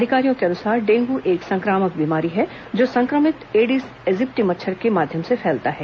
अधिकारियों के अनुसार डेंगू एक संक्रामक बीमारी है जो संक्रमित एडिस एजिप्टी मच्छर के माध्यम से फैलता है